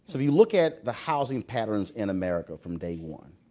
so if you look at the housing patterns in america from day one,